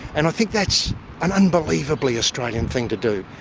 and i think that's an unbelievably australian thing to do.